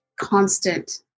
constant